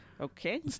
Okay